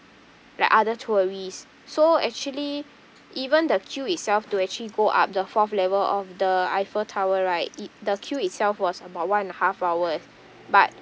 like other tourists so actually even the queue itself to actually go up the fourth level of the eiffel tower right it the queue itself was about one and a half hours but